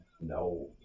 No